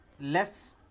less